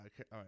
okay